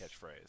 catchphrase